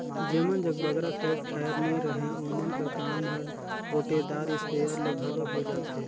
जेमन जग बगरा खेत खाएर नी रहें ओमन कर काम हर ओटेदार इस्पेयर ले घलो होए जाथे